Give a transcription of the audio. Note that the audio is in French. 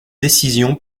décision